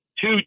Two